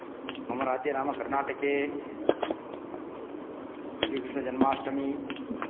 मम राज्ये नाम कर्णाटके श्रीकृष्णजन्माष्टमी